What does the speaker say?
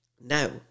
Now